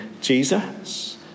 Jesus